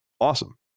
awesome